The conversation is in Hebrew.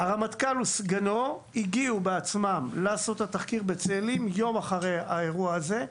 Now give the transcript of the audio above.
הרמטכ"ל וסגנו הגיעו בעצמם לעשות את התחקיר בצאלים יום אחרי האירוע הזה.